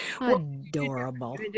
Adorable